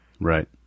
Right